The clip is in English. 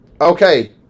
Okay